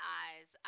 eyes